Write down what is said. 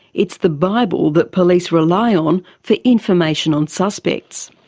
it's the bible that police rely on for information on suspects.